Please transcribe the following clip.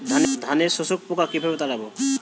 ধানে শোষক পোকা কিভাবে তাড়াব?